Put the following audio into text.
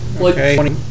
Okay